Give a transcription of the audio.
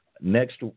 Next